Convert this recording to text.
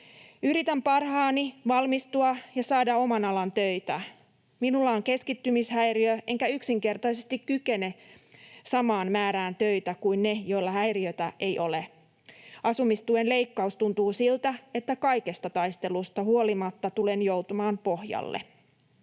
Yritän parhaani valmistua ja saada oman alan töitä. Minulla on keskittymishäiriö, enkä yksinkertaisesti kykene samaan määrään töitä kuin ne, joilla häiriötä ei ole. Asumistuen leikkaus tuntuu siltä, että kaikesta taistelusta huolimatta tulen joutumaan pohjalle.”